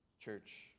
Church